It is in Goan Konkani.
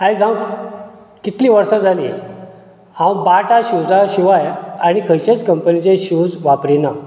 आयज हांव कितलीं वर्सां जालीं हांव बाटा शुजा शिवाय आनी खंयचेच कंपनिचे शूज वापरिना